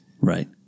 right